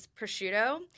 prosciutto